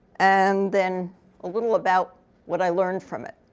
and then a little about what i learned from it.